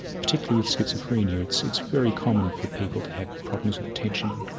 particularly with schizophrenia. it's it's very common for people to have problems with attention,